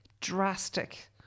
drastic